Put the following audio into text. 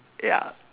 ya